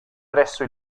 presso